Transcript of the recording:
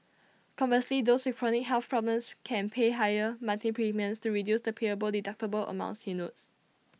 conversely those with chronic health problems can pay higher monthly premiums to reduce the payable deductible amounts he notes